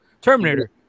terminator